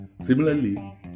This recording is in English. Similarly